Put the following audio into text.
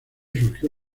surgió